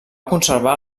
conservar